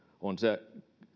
on se